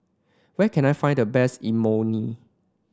where can I find the best Imoni